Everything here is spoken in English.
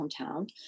hometown